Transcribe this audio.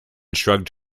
shrugged